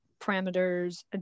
parameters